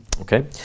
Okay